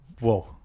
Whoa